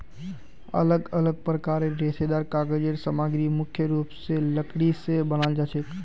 अलग अलग प्रकारेर रेशेदार कागज़ेर सामग्री मुख्य रूप स लकड़ी स बनाल जाछेक